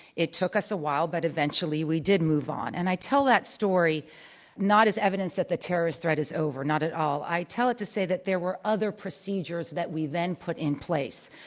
it took us awhile, but eventually we did move on, and i tell that story not as evidence that the terrorist threat is over, not not at all. i tell it to say that there were other procedures that we then put in place,